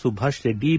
Subhash Reddy